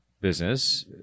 business